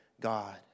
God